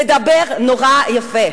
לדבר, נורא יפה.